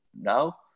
now